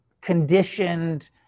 conditioned